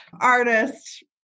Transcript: artist